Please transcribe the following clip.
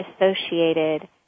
associated